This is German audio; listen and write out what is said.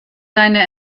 seine